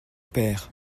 père